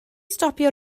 stopio